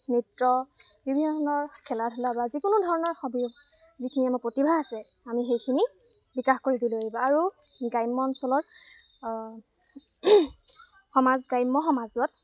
নৃত্য বিভিন্ন ধৰণৰ খেলা ধূলা বা যিকোনো ধৰণৰ হবী যিখিনি আমাৰ প্ৰতিভা আছে আমি সেইখিনি বিকাশ কৰি তুলিব লাগিব আৰু গ্ৰাম্য অঞ্চলৰ সমাজ গ্ৰাম্য সমাজত